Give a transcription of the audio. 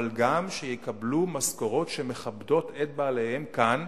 אלא גם משכורות שמכבדות את בעליהן כאן,